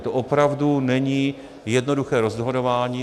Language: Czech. To opravdu není jednoduché rozhodování.